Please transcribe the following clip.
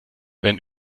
wenn